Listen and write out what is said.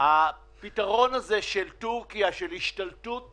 הפתרון הזה של טורקיה, של השתלטות